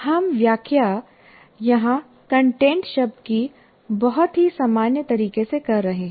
हम व्याख्या यहां कंटेंट शब्द की बहुत ही सामान्य तरीके से कर रहे हैं